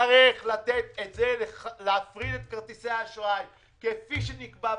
צריך להפריד את כרטיסי האשראי כפי שנקבע בחוק.